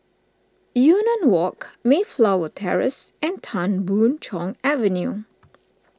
Yunnan Walk Mayflower Terrace and Tan Boon Chong Avenue